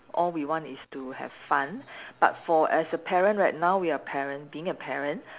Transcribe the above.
all we want is to have fun but for as a parent right now we are parent being a parent